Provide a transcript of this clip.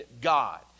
God